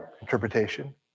interpretation